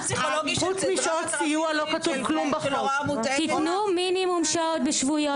תתנו מינימום שעות בשבועיות,